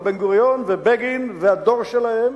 על בן-גוריון ובגין והדור שלהם,